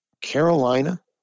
Carolina